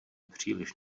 příliš